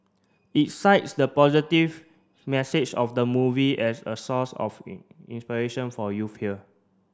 it cites the positive message of the movie as a source of in inspiration for youth here